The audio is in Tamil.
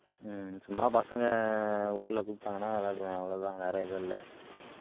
சும்மா பசங்க ஊரில் கூப்பிடாங்கன்னா விளாடுவேன் அவ்வளோதான் வேற எதுவும் இல்லை